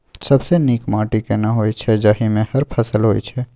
सबसे नीक माटी केना होय छै, जाहि मे हर फसल होय छै?